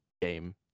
game